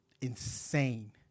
insane